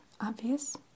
obvious